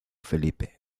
felipe